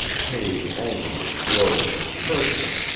paid only with blows and curses,